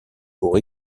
pour